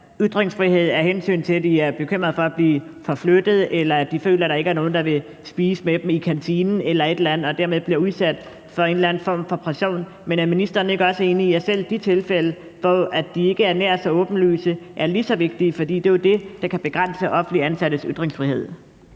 ytringsfrihed, af hensyn til at de er bekymrede for at blive forflyttet eller de føler, at der ikke er nogen, der vil spise med dem i kantinen eller et eller andet, og de dermed bliver udsat for en eller anden form for pression. Men er ministeren ikke også enig i, at selv de tilfælde, som ikke er nær så åbenlyse, er lige så vigtige? For det er jo det, der kan begrænse offentligt ansattes ytringsfrihed.